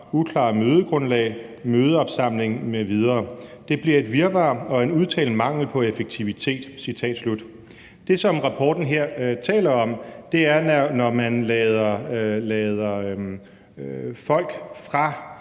uklare mødegrundlag, mødeopsamling mv. Det bliver et virvar og en udtalt mangel på effektivitet.« Det, som rapporten her taler om, er, når man lader folk fra